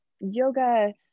yoga